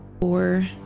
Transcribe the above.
Four